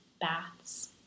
Baths